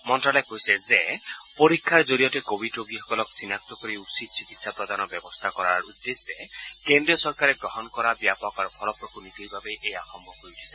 মন্তালয়ে কৈছে যে পৰীক্ষাৰ জৰিয়তে কোৱিড ৰোগীসকলক চিনাক্ত কৰি উচিত চিকিৎসা প্ৰদানৰ বাবে কেন্দ্ৰীয় চৰকাৰে গ্ৰহণ কৰা ব্যাপক আৰু ফলপ্ৰসু নীতিৰ বাবেই এয়া সম্ভৱ হৈ উঠিছে